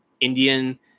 indian